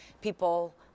people